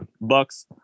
bucks